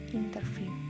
interview